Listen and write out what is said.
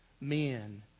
men